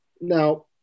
Now